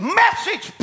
message